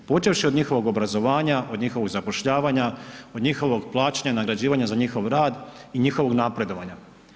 Počevši od njihovog obrazovanja, od njihovog zapošljavanja, od njihovog plaćanja, nagrađivanja za njihov rad i njihovog napredovanja.